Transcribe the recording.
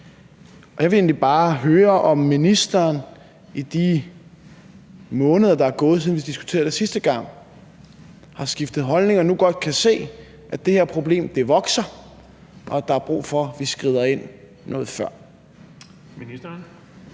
Jeg vil egentlig bare høre, om ministeren i de måneder, der er gået, siden vi diskuterede det sidste gang, har skiftet holdning og nu godt kan se, at det her problem vokser, og at der er brug for, at vi skrider ind noget før.